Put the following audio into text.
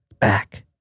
back